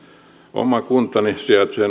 oma kuntani sijaitsee